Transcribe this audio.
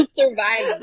survive